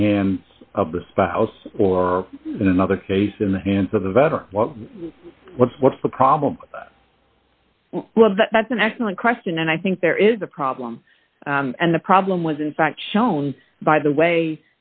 the hands of the spouse or in another case in the hands of the veteran what's what's the problem well that's an excellent question and i think there is a problem and the problem was in fact shown by the way